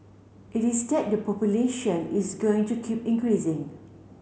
it is that the population is going to keep increasing